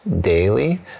daily